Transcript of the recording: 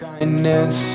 Kindness